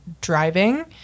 driving